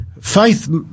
faith